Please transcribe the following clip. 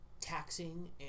taxing